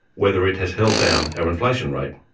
whether it has held down our inflation rate.